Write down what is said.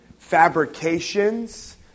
fabrications